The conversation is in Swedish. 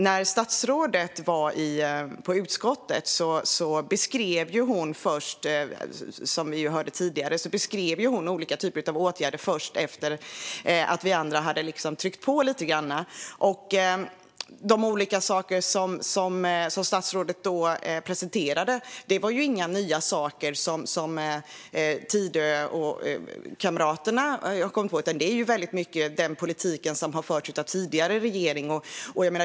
När statsrådet besökte utskottet beskrev hon, som vi hörde tidigare, olika typer av åtgärder först efter det att vi andra hade tryckt på lite grann. De olika saker som statsrådet presenterade var inga nya saker som Tidökamraterna hade kommit på, utan väldigt mycket den politik som förts av tidigare regering.